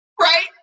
right